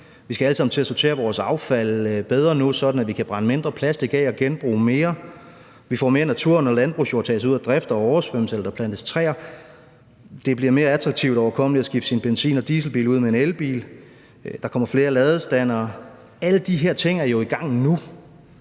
sammen til at sortere vores affald bedre nu, sådan at vi kan brænde mindre plastik af og genbruge mere. Vi får mere natur, når landbrugsjord tages ud af drift og oversvømmes og der plantes træer. Det bliver mere attraktivt og overkommeligt at skifte sin benzin- og dieselbil ud med en elbil. Der kommer flere ladestandere. Alle de her ting er jo i gang nu.